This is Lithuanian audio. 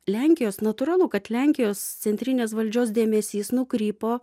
lenkijos natūralu kad lenkijos centrinės valdžios dėmesys nukrypo